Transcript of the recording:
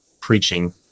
preaching